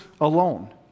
alone